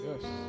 Yes